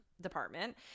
department